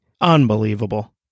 unbelievable